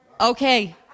Okay